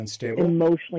emotionally